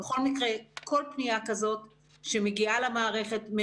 כל פנייה כזאת שמגיעה למערכת,